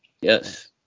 Yes